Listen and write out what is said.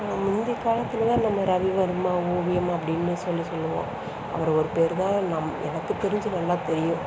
முந்திய காலத்திலதான் நம்ம ரவிவர்மா ஓவியம் அப்படின்னு சொல்லி சொல்வோம் அவர் ஒரு பேருதான் எனக்கு தெரிஞ்சு நல்லா தெரியும்